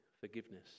forgiveness